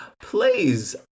please